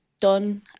done